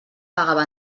pagava